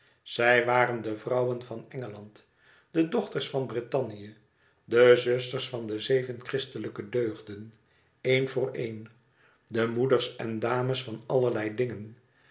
zij waren de vrouwen van engeland de dochters van brittannië de zusters van de zeven christelijke deugden een voor een de moeders en dames van allerlei dingen